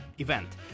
event